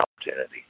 opportunity